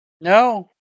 No